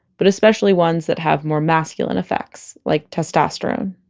but especially ones that have more masculine effects, like testosterone